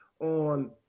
on